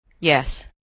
Yes